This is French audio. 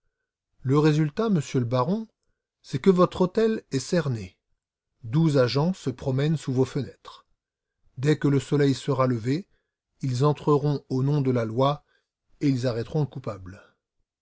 le résultat monsieur le baron c'est que votre hôtel est cerné douze agents se promènent sous vos fenêtres dès que le soleil sera levé ils entreront au nom de la loi et ils arrêteront le coupable